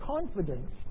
confidence